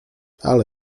ale